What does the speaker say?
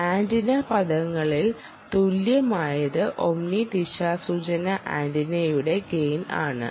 antenna പദങ്ങളിൽ തുല്യമായത് omni ദിശാസൂചന ആന്റിനയുടെ ഗെയിൻ ആണ്